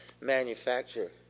manufacture